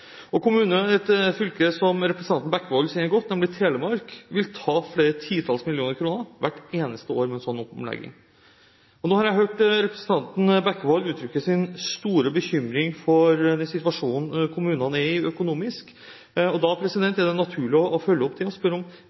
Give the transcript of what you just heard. Et fylke som representanten Bekkevold kjenner godt, nemlig Telemark, vil tape flere titalls millioner kroner hvert eneste år med en sånn omlegging. Nå har jeg hørt representanten Bekkevold uttrykke sin store bekymring for den situasjonen som kommunene er i økonomisk, og da er det naturlig å følge opp det og